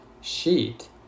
sheet